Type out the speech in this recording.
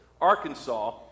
Arkansas